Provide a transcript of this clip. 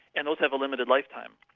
and those have a limited life time.